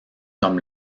comme